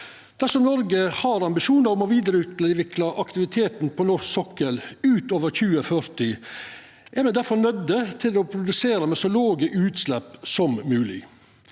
Dersom Noreg har ambisjonar om å vidareutvikla aktiviteten på norsk sokkel utover 2040, er me difor nøydde til å produsera med så låge utslepp som mogleg.